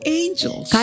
angels